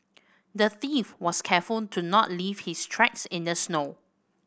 the thief was careful to not leave his tracks in the snow